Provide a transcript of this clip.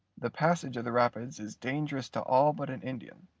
the passage of the rapids is dangerous to all but an indian.